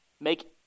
make